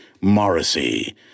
Morrissey